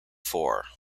four